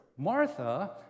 Martha